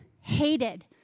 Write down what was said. hated